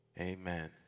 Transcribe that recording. Amen